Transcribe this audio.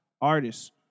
artists